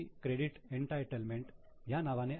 credit entitlement या नावाने आहे